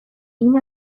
این